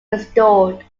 restored